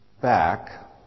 back